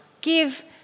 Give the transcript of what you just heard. give